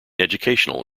educational